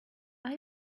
are